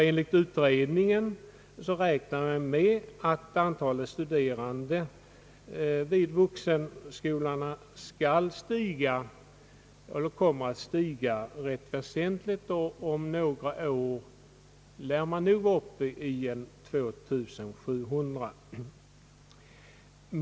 Enligt utredningen räknar man med att antalet studerande vid vuxenskolan kommer att stiga rätt väsentligt och om några år vara uppe i 2 700.